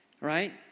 right